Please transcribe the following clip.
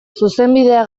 zuzenbidea